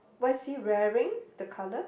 what's he wearing the colour